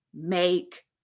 make